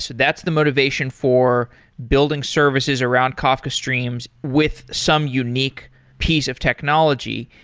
so that's the motivation for building services around kafka streams with some unique piece of technology.